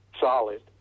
solid